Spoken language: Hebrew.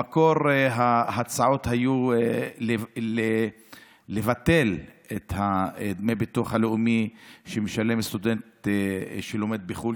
במקור ההצעות היו לבטל את דמי הביטוח הלאומי שמשלם סטודנט שלומד בחו"ל,